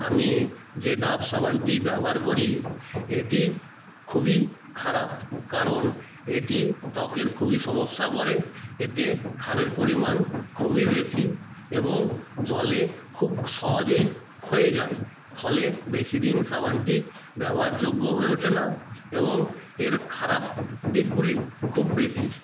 আমি যে ডাভ সাবানটি ব্যবহার করি এটি খুবই খারাপ কারণ এটি ত্বকের খুবই সমস্যা করে এতে ক্ষারের পরিমাণ খুবই বেশি এবং জলে খুব সহজেই ক্ষয়ে যায় ফলে বেশিদিন সাবানটি ব্যবহারযোগ্য হয়ে ওঠে না এবং এর খারাপ দিকগুলি খুব বেশি